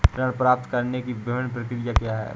ऋण प्राप्त करने की विभिन्न प्रक्रिया क्या हैं?